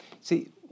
See